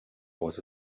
was